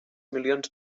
milions